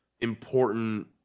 important